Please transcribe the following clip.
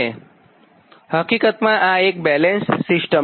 આ હકીકતમાં એક બેલેન્સ સિસ્ટમ છે